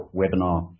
webinar